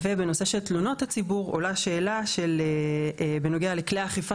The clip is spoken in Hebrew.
ובנושא של תלונות הציבור עולה שאלה בנוגע לכלי אכיפה